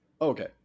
Okay